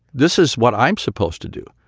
this is what i'm supposed to do.